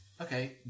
Okay